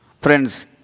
Friends